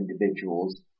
individuals